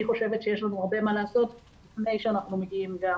אני חושבת שיש לנו הרבה מה לעשות לפני שאנחנו מגיעים גם